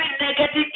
negative